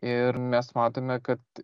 ir mes matome kad